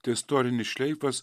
tai istorinis šleifas